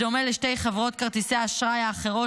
בדומה לשתי חברות כרטיסי האשראי האחרות